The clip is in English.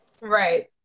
Right